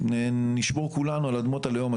ונשמור כולנו על אדמות הלאום.